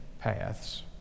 paths